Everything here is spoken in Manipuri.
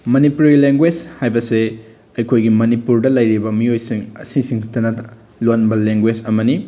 ꯃꯅꯤꯄꯨꯔꯤ ꯂꯦꯡꯒꯣꯏꯁ ꯍꯥꯏꯕꯁꯦ ꯑꯩꯈꯣꯏꯒꯤ ꯃꯅꯤꯄꯨꯔꯗ ꯂꯩꯔꯤꯕ ꯃꯤꯑꯣꯏꯁꯤꯡ ꯑꯁꯤꯁꯤꯡꯁꯤꯇ ꯅꯠꯇꯅ ꯂꯣꯟꯕ ꯂꯦꯡꯒꯣꯏꯁ ꯑꯃꯅꯤ